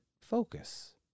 focus